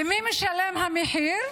ומי משלם את המחיר?